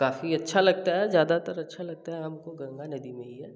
काफ़ी अच्छा लगता है ज़्यादातर अच्छा लगता है हमको गंगा नदी में ही है